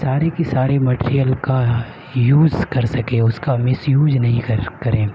ساری کی ساری مٹیریئل کا یوز کر سکیں اس کا مس یوز نہیں کریں